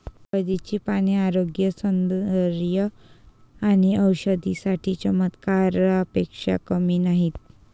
हळदीची पाने आरोग्य, सौंदर्य आणि औषधी साठी चमत्कारापेक्षा कमी नाहीत